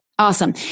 Awesome